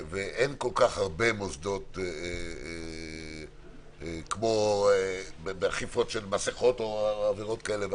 אין כל כך הרבה מוסדות כמו באכיפה על מסכות או עבירות כאלה ואחרות.